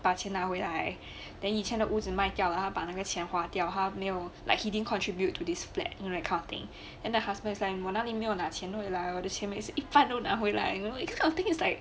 把钱拿回来 then 以前的屋子卖掉了他把那个钱花掉他没有 like he didn't contribute to this flat you know that kind of thing then the husband saying 我那里没有拿钱回来我的钱每次一半都拿回来 you know like this kind of thing is like